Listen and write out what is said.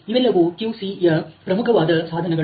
ಇವೆಲ್ಲವೂ QC'ಯ ಪ್ರಮುಖವಾದ ಸಾಧನಗಳು